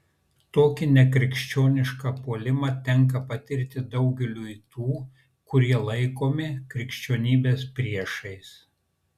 tokį nekrikščionišką puolimą tenka patirti daugeliui tų kurie laikomi krikščionybės priešais